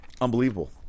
unbelievable